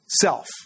self